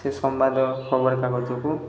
ସେ ସମ୍ବାଦ ଖବରକାଗଜକୁ